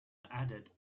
added